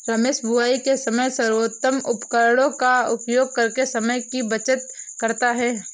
रमेश बुवाई के समय सर्वोत्तम उपकरणों का उपयोग करके समय की बचत करता है